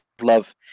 love